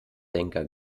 denker